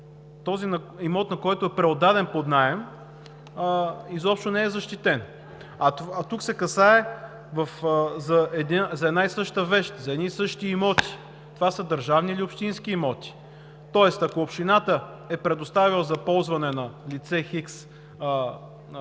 когото имотът е преотдаден под наем, изобщо не е защитен, а тук се касае за една и съща вещ, за едни и същи имоти. Това са държавни или общински имоти. Тоест, ако общината е предоставила за ползване на лицето